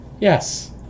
Yes